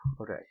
Okay